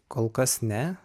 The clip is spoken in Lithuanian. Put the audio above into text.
kol kas ne